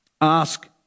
ask